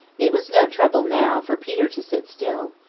it was no trouble now for peter to sit still,